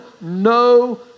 no